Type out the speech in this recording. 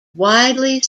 widely